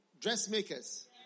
dressmakers